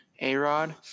A-Rod